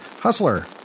Hustler